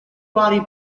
body